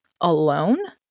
alone